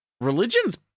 religion's